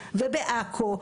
בעכו.